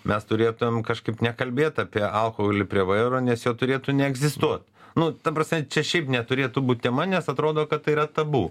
mes turėtumėm kažkaip nekalbėt apie alkoholį prie vairo nes jo turėtų neegzistuot nu ta prasme čia šiaip neturėtų būt tema nes atrodo kad tai yra tabu